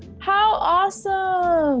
how awesome!